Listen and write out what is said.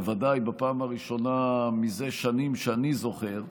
בוודאי בפעם הראשונה מזה שנים שאני זוכר,